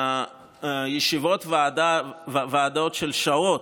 בישיבות ועדה של שעות,